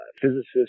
physicists